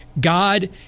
God